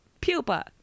pupa